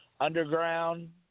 Underground